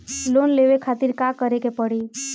Loan लेवे खातिर का करे के पड़ी?